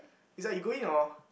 is like you go in your